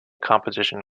compilation